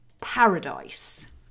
paradise